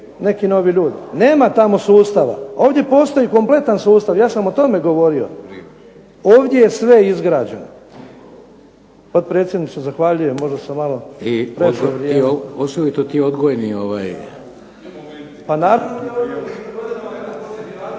Nema tamo sustava. Ovdje postoji kompletan sustav. Ja sam o tome govorio. Ovdje je sve izgrađeno. Potpredsjedniče zahvaljujem možda sam malo. **Šeks, Vladimir (HDZ)** I osobito